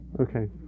Okay